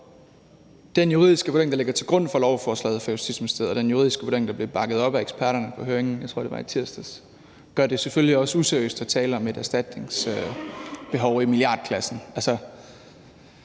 Den juridiske vurdering, der ligger til grund for lovforslaget fra Justitsministeriet, og den juridiske vurdering, der bliver bakket op af eksperterne på høringen – jeg tror, det var i tirsdags – gør det selvfølgelig også useriøst at tale om et erstatningsbehov i milliardklassen.